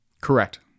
Correct